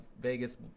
Vegas